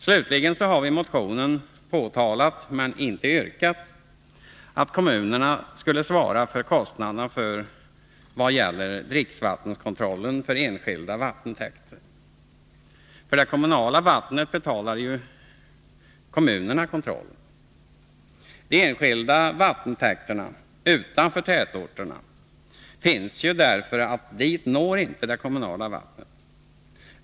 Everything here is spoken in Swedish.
Slutligen har vi i motionen påtalat, men inte yrkat, att kommunerna skall svara för kostnaderna för dricksvattenkontrollen från enskilda vattentäkter. För det kommunala vattnet betalar ju kommunerna kontrollen. De enskilda vattentäkterna, utanför tätorterna, finns ju därför att dit når inte det kommunala vattnet.